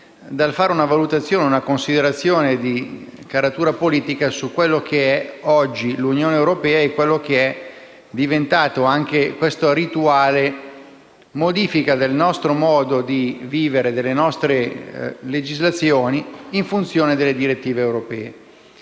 dal fare una valutazione di caratura politica su quella che è oggi l'Unione europea e quello che è diventato questo rituale di modifica del nostro modo di vivere e della nostra legislazione in funzione delle direttive europee.